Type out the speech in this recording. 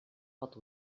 pot